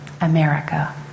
America